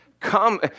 Come